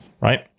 right